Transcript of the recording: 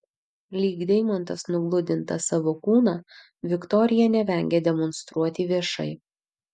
lyg deimantas nugludintą savo kūną viktorija nevengia demonstruoti viešai